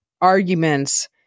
arguments